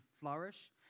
flourish